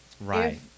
right